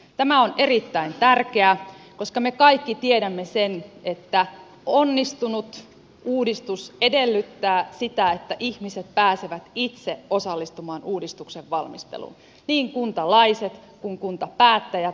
tämä on erittäin tärkeää koska me kaikki tiedämme sen että onnistunut uudistus edellyttää sitä että ihmiset pääsevät itse osallistumaan uudistuksen valmisteluun niin kuntalaiset kuin kuntapäättäjät